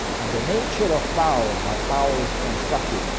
and the nature of power, how power is constructed,